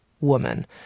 Woman